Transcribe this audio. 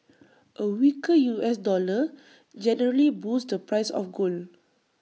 A weaker U S dollar generally boosts the price of gold